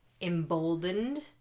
emboldened